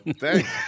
thanks